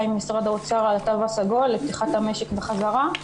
עם משרד האוצר על התו הסגול לפתיחת המשק בחזרה,